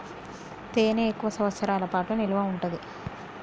తేనె ఎక్కువ సంవత్సరాల పాటు నిల్వ ఉంటాది